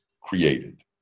created